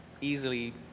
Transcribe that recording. easily